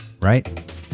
right